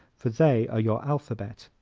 for they are your alphabet.